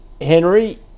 Henry